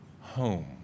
home